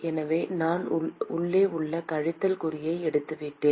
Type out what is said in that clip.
எனவே நான் உள்ளே உள்ள கழித்தல் குறியை எடுத்துவிட்டேன்